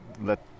let